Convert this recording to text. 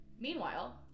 Meanwhile